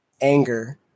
anger